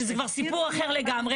שזה כבר סיפור אחר לגמרי.